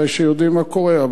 ואחריו יודעים מה קרה.